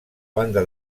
banda